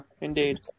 indeed